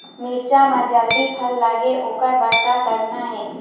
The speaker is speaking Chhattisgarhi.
मिरचा म जल्दी फल लगे ओकर बर का करना ये?